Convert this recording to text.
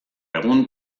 egun